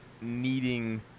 needing